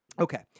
Okay